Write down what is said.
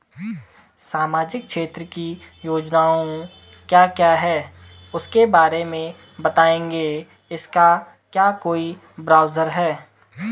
सामाजिक क्षेत्र की योजनाएँ क्या क्या हैं उसके बारे में बताएँगे इसका क्या कोई ब्राउज़र है?